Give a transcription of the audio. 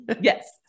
Yes